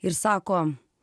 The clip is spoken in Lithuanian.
ir sako